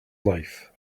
life